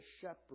shepherd